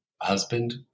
husband